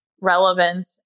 relevant